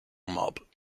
mob